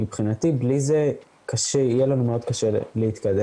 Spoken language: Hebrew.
מבחינתי בלי זה יהיה לנו מאוד קשה להתקדם.